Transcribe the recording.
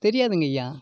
தெரியாதுங்கய்யா